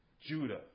Judah